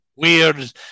Weird